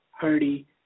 Hardy